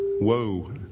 Whoa